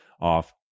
off